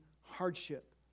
hardship